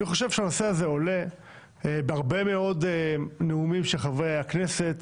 אני חושב שהנושא הזה עולה בהרבה מאוד נאומים של חברי הכנסת,